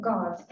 God